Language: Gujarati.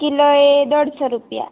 કિલોએ દોઢસો રૂપિયા